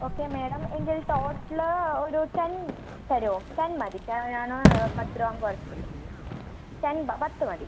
okay madam എങ്കിൽ total ഒരു ten തരുമൊ ടെൻ മതി ഇപ്പം ഞാൻ പത്തുരൂപ അങ്ങ് കുറച്ചു ടെൻ പത്ത് മതി